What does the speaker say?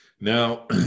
Now